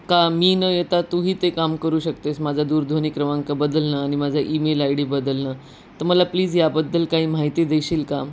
का मी न येता तूही ते काम करू शकतेस माझा दूरध्वनी क्रमांक बदलणं आणि माझा ईमेल आय डी बदलणं तर मला प्लीज याबद्दल काही माहिती देशील का